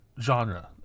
genre